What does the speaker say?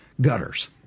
gutters